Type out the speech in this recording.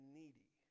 needy